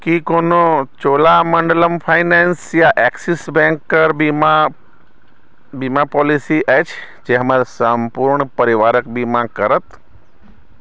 की कोनो चोलामंडलम फाइनेंस या Axis bank कर बीमा बीमा पॉलिसी अछि जे हमर सम्पूर्ण परिवारक बीमा करत